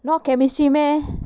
not chemistry meh